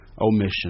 omission